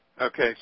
Okay